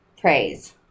praise